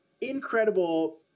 Incredible